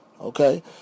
Okay